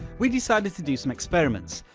we've decided to do some experiments.